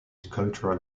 cultural